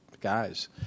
guys